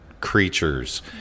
creatures